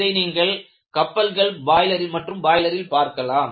இதை நீங்கள் கப்பல்கள் மற்றும் பாய்லரில் பார்க்கலாம்